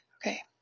Okay